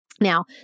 Now